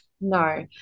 No